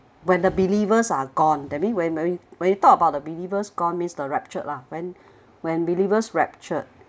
when the believers are gone that mean when you when you talk about the believers gone means the raptured lah when when believers raptured